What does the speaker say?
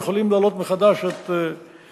יכולים להעלות מחדש את הנימוקים,